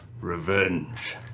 Revenge